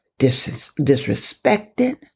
disrespected